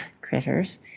critters